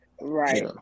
right